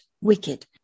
wicked